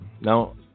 Now